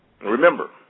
remember